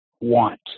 want